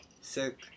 Sick